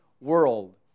world